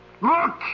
Look